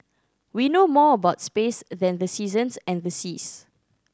we know more about space than the seasons and the seas